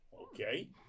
okay